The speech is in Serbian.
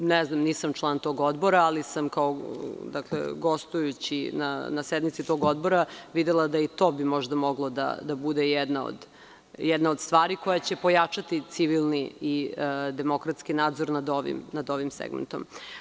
Nisam član tog odbora, ali sam gostujući na sednici tog odbora videla da bi i to možda mogla da bude jedna od stvari koja će pojačati civilni i demokratski nadzor nad ovim segmentom.